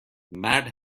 مرد